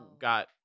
got